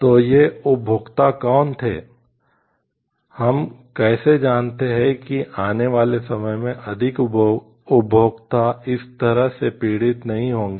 तो ये उपभोक्ता कौन थे हम कैसे जानते हैं कि आने वाले समय में अधिक उपभोक्ता इस तरह से पीड़ित नहीं होंगे